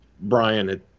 Brian